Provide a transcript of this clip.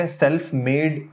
self-made